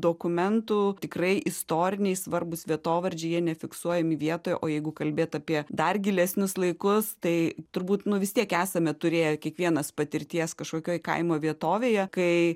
dokumentų tikrai istoriniai svarbūs vietovardžiai jie nefiksuojami vietoje o jeigu kalbėt apie dar gilesnius laikus tai turbūt nu vis tiek esame turėję kiekvienas patirties kažkokioj kaimo vietovėje kai